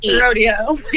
Rodeo